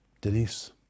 Denise